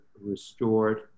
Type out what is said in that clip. restored